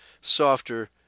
softer